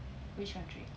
which country